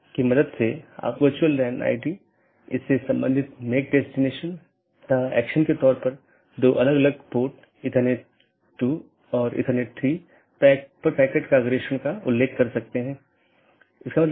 इसका मतलब है कि मार्ग इन कई AS द्वारा परिभाषित है जोकि AS की विशेषता सेट द्वारा परिभाषित किया जाता है और इस विशेषता मूल्यों का उपयोग दिए गए AS की नीति के आधार पर इष्टतम पथ खोजने के लिए किया जाता है